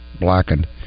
blackened